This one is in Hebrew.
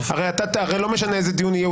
הרי לא משנה איזה דיון יהיה,